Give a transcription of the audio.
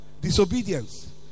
Disobedience